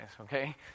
okay